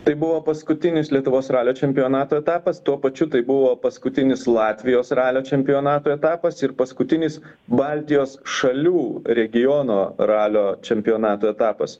tai buvo paskutinis lietuvos ralio čempionato etapas tuo pačiu tai buvo paskutinis latvijos ralio čempionato etapas ir paskutinis baltijos šalių regiono ralio čempionato etapas